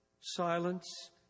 silence